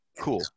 Cool